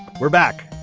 we're back.